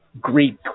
Greek